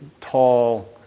tall